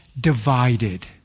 divided